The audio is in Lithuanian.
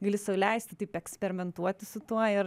gali sau leisti taip eksperimentuoti su tuo ir